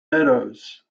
meadows